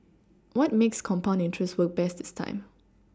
what makes compound interest work best is time